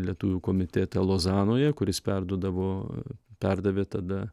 lietuvių komitėtą lozanoje kuris perduodavo perdavė tada